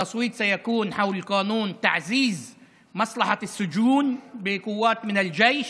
ההצבעה תהיה על חוק תגבור שירות בתי הסוהר בכוחות של הצבא,